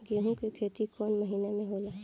गेहूं के खेती कौन महीना में होला?